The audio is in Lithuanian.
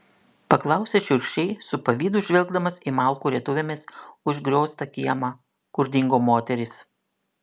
paklausė šiurkščiai su pavydu žvelgdamas į malkų rietuvėmis užgrioztą kiemą kur dingo moterys